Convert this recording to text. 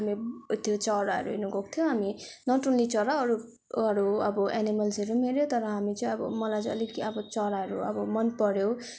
हामी उ त्यो चराहरू हेर्न गएको थियौँ हामी नट ओन्ली चरा अरूहरू अब एनिमल्सहरू पनि हेऱ्यौँ तर हाम्रो चाहिँ अब मलाई चाहिँ अलिकति अब चराहरू अब मनपऱ्यो